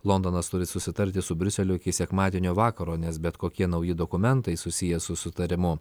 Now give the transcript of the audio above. londonas turi susitarti su briuseliu iki sekmadienio vakaro nes bet kokie nauji dokumentai susiję su sutarimu